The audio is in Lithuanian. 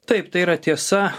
taip tai yra tiesa